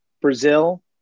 Brazil